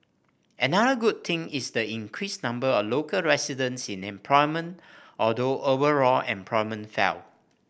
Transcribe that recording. another good thing is the increased number of local residents in employment although overall employment fell